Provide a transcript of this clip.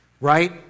Right